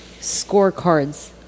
Scorecards